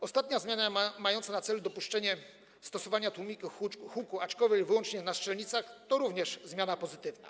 Ostatnia zmiana, mająca na celu dopuszczenie stosowania tłumików huku, aczkolwiek wyłącznie na strzelnicach, to również zmiana pozytywna.